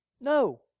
No